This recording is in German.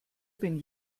wenn